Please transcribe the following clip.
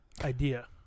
idea